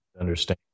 understand